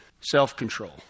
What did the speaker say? self-control